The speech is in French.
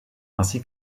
ainsi